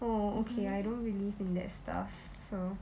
oh okay I don't believe in that stuff so